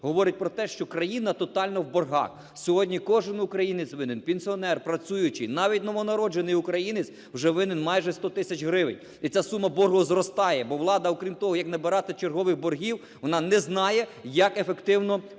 говорить про те, що країна тотально в боргах. Сьогодні кожен українець винен, пенсіонер, працюючий, навіть новонароджений українець вже винен майже 100 тисяч гривень і ця сума боргу зростає. Бо влада окрім того, як набирати чергових боргів, вона не знає, як ефективно справлятися